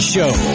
Show